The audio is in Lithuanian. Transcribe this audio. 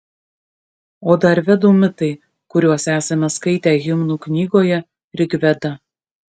o dar vedų mitai kuriuos esame skaitę himnų knygoje rigveda